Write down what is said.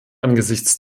angesichts